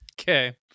Okay